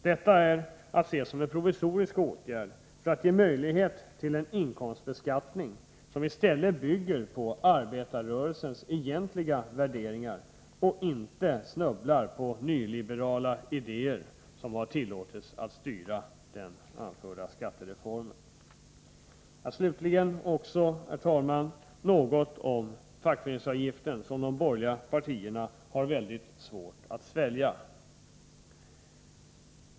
Detta är att se som en provisorisk åtgärd, för att ge möjlighet till en inkomstbeskattning som i stället bygger på arbetarrörelsens egentliga värderingar och inte snubblar på de nyliberala idéer som har tillåtits att styra skattereformen. Till slut något om skattereduktionen för fackföreningsavgifter, något som de borgerliga partierna har svårt att svälja.